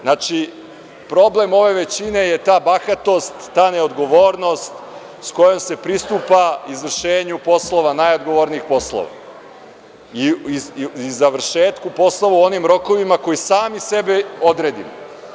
Znači, problem ove većine je ta bahatost, ta neodgovornost s kojom se pristupa izvršenju poslova najodgovornijih poslova i završetku poslova u onim rokovima koji sami sebi odredimo.